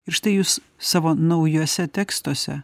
ir štai jūs savo naujuose tekstuose